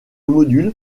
module